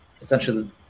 essentially